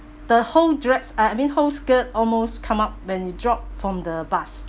the whole dress uh I mean whole skirt almost come up when you drop from the bus